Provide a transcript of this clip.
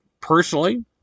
personally